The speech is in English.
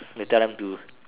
they tell them to